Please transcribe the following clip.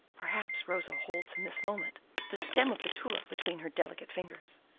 perhaps rosa holds in this moment the stem of the tulip between her delicate fingers.